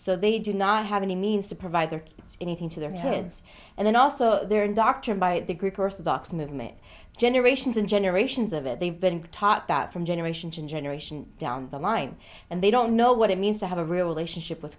so they do not have any means to provide their anything to their heads and then also their doctrine by the greek orthodox movement generations and generations of it they've been taught that from generation to generation down the line and they don't know what it means to have a relationship w